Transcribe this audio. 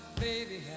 baby